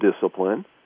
discipline